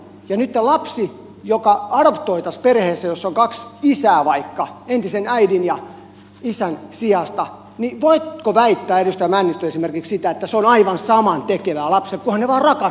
ja nyt jos lapsi adoptoitaisiin perheeseen jossa on kaksi isää vaikka entisen äidin ja isän sijasta voitko väittää edustaja männistö esimerkiksi sitä että se on aivan samantekevää lapselle kunhan he vain rakastavat häntä